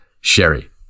Sherry